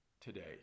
today